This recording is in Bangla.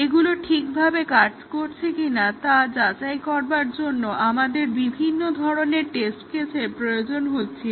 এগুলো ঠিকভাবে কাজ করছে কিনা তা যাচাই করবার জন্য আমাদের বিভিন্ন ধরনের টেস্ট কেসের প্রয়োজন হচ্ছিল